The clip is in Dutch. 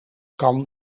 kan